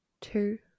two